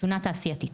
תזונה תעשייתית.